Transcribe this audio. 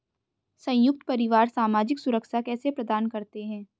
संयुक्त परिवार सामाजिक सुरक्षा कैसे प्रदान करते हैं?